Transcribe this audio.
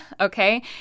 okay